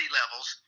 levels